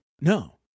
No